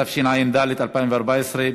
התשע"ד 2014,